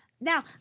Now